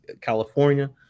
california